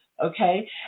Okay